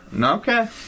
Okay